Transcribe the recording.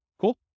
Cool